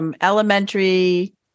elementary